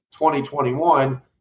2021